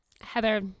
Heather